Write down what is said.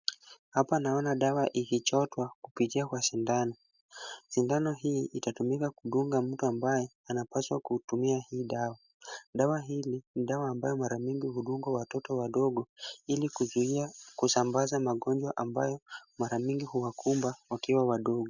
Hapa naona dawa ikichotwa kupitia kwa sindano. Sindano hii itatumika kudunga mtu ambaye anapaswa kutumia hii dawa. Dawa hili, ni dawa ambalo mara mingi hudungwa watoto wadogo, ili kuzuia kusambaza magonjwa ambayo mara mingi huwakumba wakiwa wadogo.